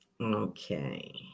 Okay